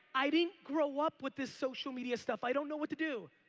i didn't grow up with this social media stuff. i don't know what to do.